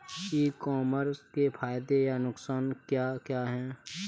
ई commerce के फायदे या नुकसान क्या क्या हैं?